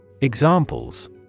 Examples